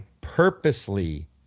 purposely